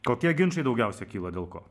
kokie ginčai daugiausia kyla dėl ko